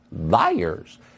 Liars